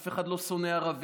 אף אחד לא שונא ערבים.